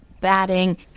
batting